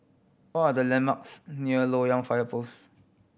what are the landmarks near Loyang Fire Post